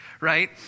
right